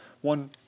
one